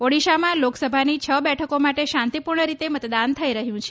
ઓડિશામાં લોકસભાની છ બેઠકો માટે શાંતિપૂર્ણ રીતે મતદાન થઇ રહ્યું છે